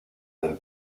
del